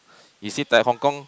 is it like Hong-Kong